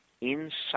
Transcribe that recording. inside